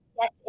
Yes